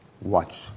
Watch